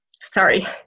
sorry